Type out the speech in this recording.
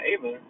Ava